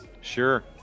Sure